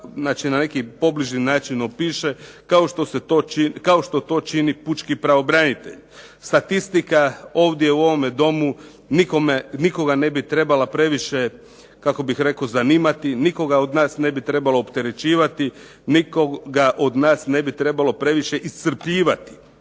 na neki pobliži način kao što to čini pučki pravobranitelj. Statistika ovdje u ovome domu nikoga ne bi trebala previše zanimati, nikoga od nas ne bi trebala opterećivati, nikoga od nas ne bi trebalo previše iscrpljivati.